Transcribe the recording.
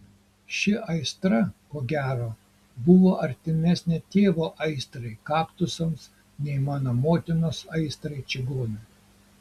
ši aistra ko gero buvo artimesnė tėvo aistrai kaktusams nei mano motinos aistrai čigonui